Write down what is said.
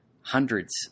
hundreds